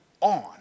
on